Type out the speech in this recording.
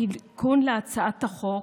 התיקון להצעת החוק